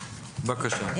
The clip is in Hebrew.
בבקשה.